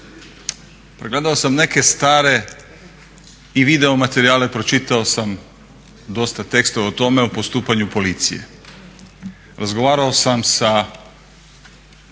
pregledao sam neke stare i video materijale, pročitao sam dosta tekstova o tome o postupanju policije. Razgovarao sam sa